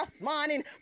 morning